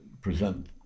present